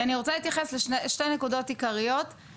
אני רוצה להתייחס לשתי נקודות עיקריות,